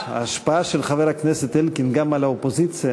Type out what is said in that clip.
ההצעה להעביר את הצעת חוק התפזרות הכנסת התשע-עשרה,